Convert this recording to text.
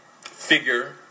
figure